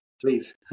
please